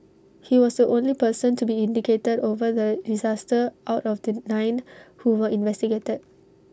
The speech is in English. he was the only person to be indicated over the disaster out of the nine who were investigated